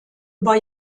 über